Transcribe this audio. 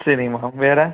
சரிங்கம்மா வேறு